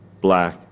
black